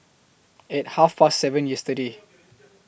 At Half Past seven yesterday